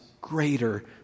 greater